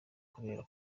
kubera